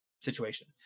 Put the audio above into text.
situation